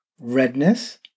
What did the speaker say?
redness